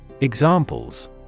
Examples